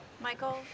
Michael